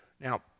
Now